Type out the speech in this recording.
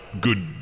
good